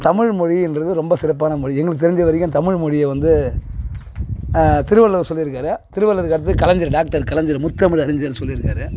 தமிழ் மொழி என்றது ரொம்ப சிறப்பான மொழி எங்களுக்கு தெரிஞ்ச வரைக்கும் தமிழ் மொழியை வந்து திருவள்ளுவர் சொல்லிருக்கார் திருவள்ளுவருக்கு அடுத்தது கலைஞர் டாக்டர் கலைஞர் முத்தமிழ் அறிஞர் சொல்லிருக்கார்